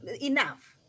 enough